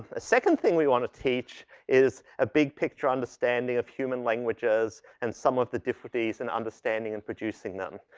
a second thing we wanna teach is a big picture understanding of human languages and some of the difficulties in understanding and producing them.